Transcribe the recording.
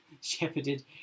shepherded